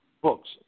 Books